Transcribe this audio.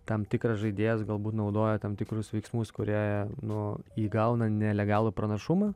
tam tikras žaidėjas galbūt naudoja tam tikrus veiksmus kurie nu įgauna nelegalų pranašumą